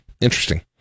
Interesting